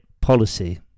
policy